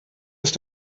ist